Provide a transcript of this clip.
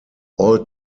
all